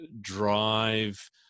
drive